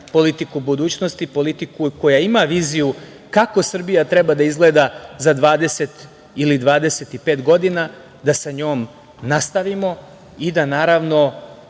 politiku budućnosti, politiku koja ima viziju kako Srbija treba da izgleda za 20 ili 25 godina, da sa njom nastavimo i da naravno